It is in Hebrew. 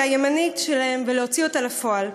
הימנית שלהם ולהוציא אותה לפועל.